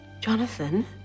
Jonathan